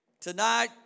Tonight